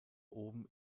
oben